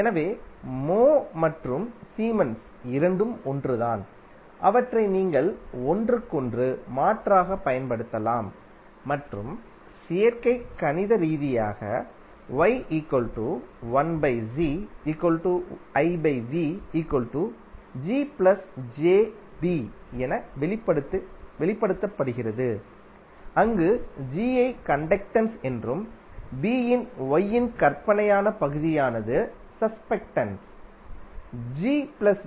எனவே mho மற்றும் siemens இரண்டும் ஒன்றுதான் அவற்றை நீங்கள் ஒன்றுக்கொன்று மாற்றாகப் பயன்படுத்தலாம் மற்றும் சேர்க்கை கணித ரீதியாக என வெளிப்படுத்தப்படுகிறது அங்கு G ஐ கண்டக்டென்ஸ் என்றும் B இன் Y இன் கற்பனையான பகுதியானது ஸஸெப்டன்ஸ்